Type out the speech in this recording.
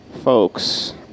Folks